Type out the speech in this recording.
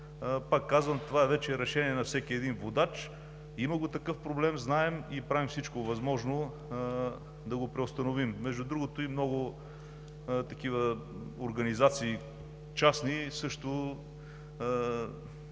пак казвам, това вече е решение на всеки един водач. Има такъв проблем, знаем и правим всичко възможно, за да го преустановим. Между другото, много такива частни организации също